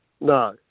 No